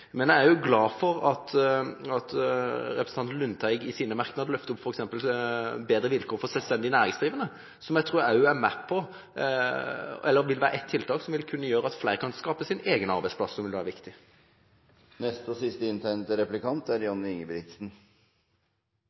Jeg er glad for at representanten Lundteigen i sine merknader løfter opp f.eks. bedre vilkår for selvstendig næringsdrivende, som jeg tror er ett tiltak som vil kunne gjøre at flere kan skape sin egen arbeidsplass, som vil være viktig. Det er jo hyggelig å treffe på Ropstad, selv om han ikke er